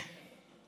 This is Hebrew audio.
רופא,